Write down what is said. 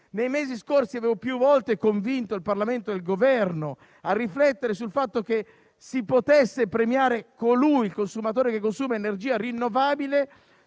Nei mesi scorsi avevo più volte invitato il Parlamento e il Governo a riflettere sul fatto che si potesse premiare il consumatore che consuma energia rinnovabile,